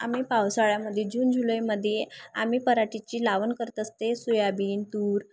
आम्ही पावसाळ्यामध्ये जून जुलैमध्ये आम्ही पराठीची लावण करत असते सोयाबीन तूर